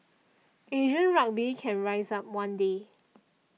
Asian rugby can rise up one day